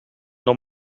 doch